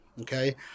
Okay